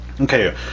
Okay